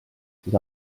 siis